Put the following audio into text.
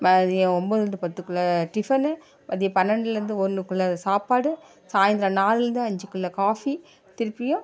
ஒம்பது டு பத்துக்குள் டிஃபனு மதியம் பன்னண்டுலேருந்து ஒன்றுக்குள் சாப்பாடு சாயந்திரம் நாலுலேருந்து அஞ்சுக்குள் காஃபி திருப்பியும்